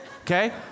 Okay